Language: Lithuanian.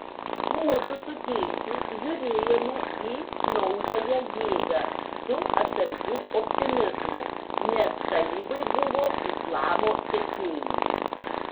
mudu su tėčiu žiūrėjome į naująją jėgą su atsargiu optimizmu nes talibai buvo islamo sekėjai